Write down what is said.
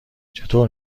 چطور